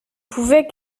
pouvait